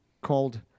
called